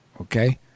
okay